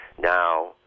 now